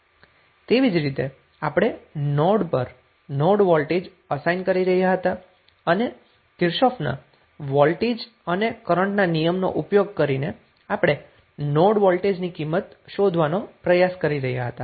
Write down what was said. તેવી જ રીતે આપણે નોડ પર નોડ વોલ્ટેજ અસાઇન કરી રહ્યા હતા અને કિર્ચોફના વોલ્ટેજ Kirchhoff's voltage અને કરન્ટના નિયમ નો ઉપયોગ કરીને આપણે નોડ વોલ્ટેજની કિંમત શોધવાનો પ્રયાસ કરી રહ્યા હતા